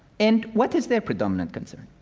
and what is their predominant concern?